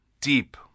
Deep